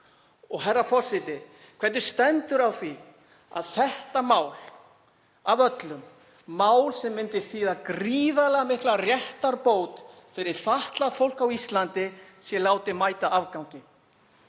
Herra forseti. Hvernig stendur á því að þetta mál af öllum, mál sem myndi þýða gríðarlega mikla réttarbót fyrir fatlað fólk á Íslandi, sé látið mæta afgangi?